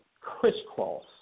crisscross